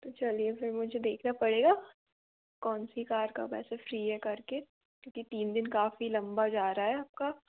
तो चलिए फिर मुझे देखना पड़ेगा कौन सी कार कब ऐसे फ्री है कर के क्योंकि तीन दिन काफ़ी लंबा जा रहा है आपका